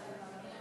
נתקבל.